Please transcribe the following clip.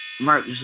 Mark